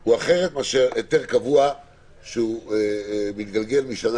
הוא שונה מאשר היתר קבוע שמתגלגל משנה